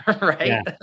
right